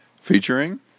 featuring